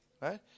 Right